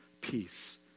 peace